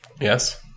yes